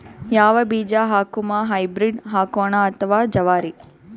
ಯಾವ ಬೀಜ ಹಾಕುಮ, ಹೈಬ್ರಿಡ್ ಹಾಕೋಣ ಅಥವಾ ಜವಾರಿ?